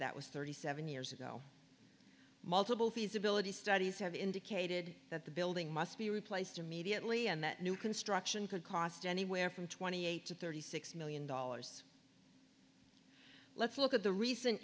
that was thirty seven years ago multiple feasibility studies have indicated that the building must be replaced immediately and that new construction could cost anywhere from twenty eight to thirty six million dollars let's look at the recent